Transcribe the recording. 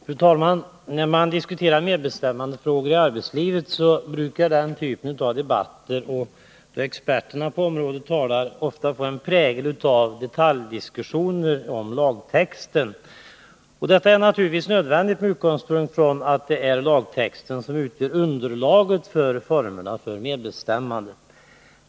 Fru talman! När man diskuterar medbestämmandefrågor i arbetslivet brukar, då experterna på området talar, debatten ofta få en prägel av detaljdiskussioner om lagtexter. Det är naturligtvis nödvändigt, eftersom det är lagtexten som utgör underlag för formerna för medbestämmandet.